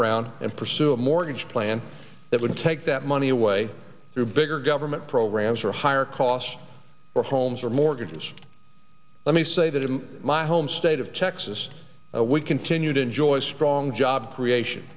around and pursue a mortgage plan that would take that money away through bigger government programs or higher costs or homes or mortgages let me say that in my home state of texas we continue to enjoy strong job creation